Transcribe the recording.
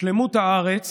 שלמות הארץ